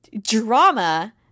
drama